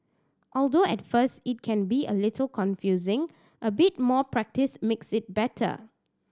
although at first it can be a little confusing a bit more practice makes it better